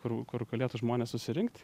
kur kur galėtų žmonės susirinkt